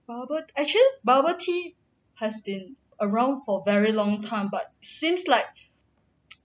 bubble actually bubble tea has been around for very long time but seems like